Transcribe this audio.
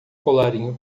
colarinho